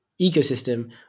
ecosystem